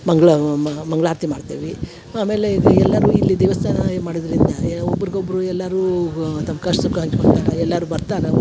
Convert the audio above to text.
ಮಂಗ್ಳಾವ್ ಮಂಗ್ಳಾರತಿ ಮಾಡ್ತೇವಿ ಆಮೇಲೆ ಈಗ ಎಲ್ಲಾರು ಇಲ್ಲಿ ದೇವಸ್ಥಾನಯೆ ಮಾಡಿದರಿಂದ ಏ ಒಬ್ರುಗೆ ಒಬ್ಬರು ಎಲ್ಲಾರೂ ಗ ತಮ್ಮ ಕಷ್ಟ ಸುಖ ಹಂಚ್ಕೊಳ್ತಾರ ಎಲ್ಲಾರು ಬರ್ತಾರೆ ಒಬ್ಬು